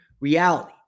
reality